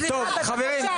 טוב, חברים.